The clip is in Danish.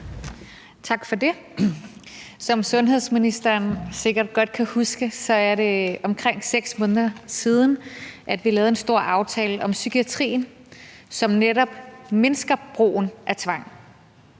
Tak for det. Som sundhedsministeren sikkert godt kan huske, er det omkring 6 måneder siden, at vi lavede en stor aftale om psykiatrien, som netop mindsker brugen af tvang.